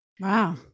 Wow